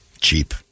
Cheap